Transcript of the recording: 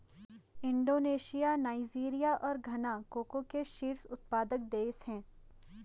Indonesia Nigeria और Ghana cocoa के शीर्ष उत्पादक देश हैं